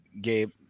Gabe